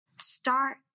start